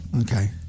Okay